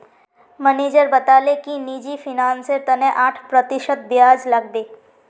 manager बताले कि निजी फिनांसेर तने आठ प्रतिशत ब्याज लागबे